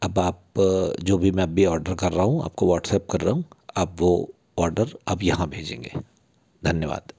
अब आप जो भी मैं अभी ऑर्डर कर रा हूँ आप को वॉट्सअप कर रहा हूँ आप वो ऑडर अब यहाँ भेजेंगे धन्यवाद